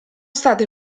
state